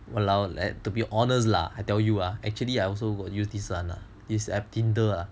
!walao! to be honest lah I tell ah actually I also got use this app Tinder